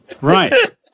Right